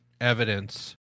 evidence